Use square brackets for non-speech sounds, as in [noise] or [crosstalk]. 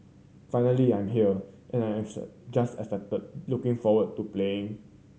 finally I'm here and I'm [unintelligible] just excited looking forward to playing